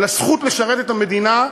על הזכות לשרת את המדינה,